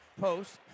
post